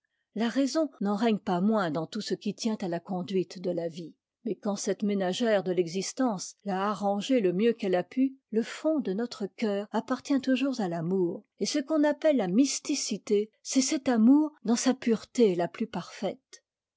la raison n'en règne pas moins dans tout ce qui tient à la conduite de la vie mais quand cette ménagère de l'existence l'a arrangée le mieux qu'elle a pu le fond de notre cœur appartient toujours à l'amour et ce qu'on appelle a mysticité c'est cet amour dans sa pureté la plus parfaite